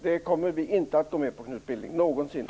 Det kommer vi inte att någonsin gå med på.